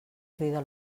crida